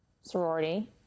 sorority